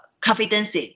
confidence